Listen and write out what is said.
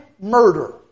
murder